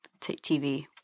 TV